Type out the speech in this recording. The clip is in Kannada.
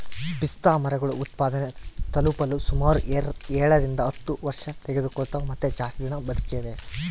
ಪಿಸ್ತಾಮರಗಳು ಉತ್ಪಾದನೆ ತಲುಪಲು ಸುಮಾರು ಏಳರಿಂದ ಹತ್ತು ವರ್ಷತೆಗೆದುಕೊಳ್ತವ ಮತ್ತೆ ಜಾಸ್ತಿ ದಿನ ಬದುಕಿದೆ